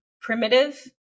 primitive